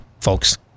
folks